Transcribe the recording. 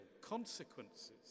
consequences